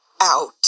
out